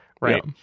right